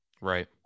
Right